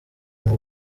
ngo